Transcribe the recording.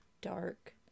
dark